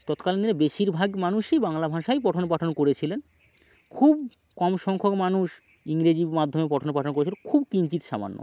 তৎকালীন দিনে বেশিরভাগ মানুষই বাংলা ভাষায় পঠন পাঠন করেছিলেন খুব কম সংখ্যক মানুষ ইংরেজি মাধ্যমে পঠন পাঠন করেছিলো খুব কিঞ্চিৎ সামান্য